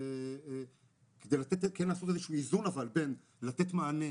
כדי לעשות איזון בין מתן מענה.